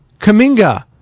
Kaminga